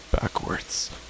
backwards